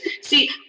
See